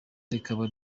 rikaba